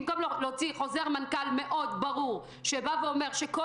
במקום להוציא חוזר מנכ"ל מאוד ברור שבא ואומר שכל